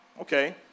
okay